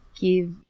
give